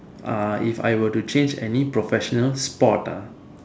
ah if I were to change any professional sport ah